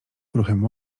ruchem